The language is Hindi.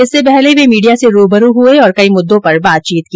इससे पहले वे मीडिया से रूबरू हुए और कई मुद्दों पर बातचीत की